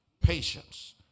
patience